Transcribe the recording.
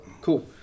Cool